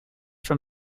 from